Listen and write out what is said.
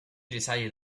decided